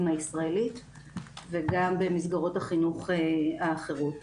הישראלית וגם במסגרות החינוך האחרות.